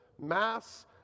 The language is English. mass